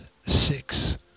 six